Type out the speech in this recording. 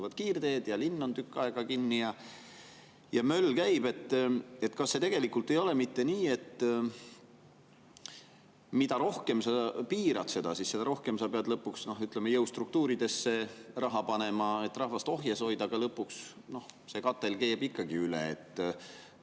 kiirteed, linn on tükk aega kinni ja möll käib. Kas ei ole mitte nii, et mida rohkem sa piirad, seda rohkem sa pead, ütleme, jõustruktuuridesse raha panema, et rahvast ohjes hoida, aga lõpuks see katel keeb ikka üle?